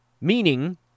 Meaning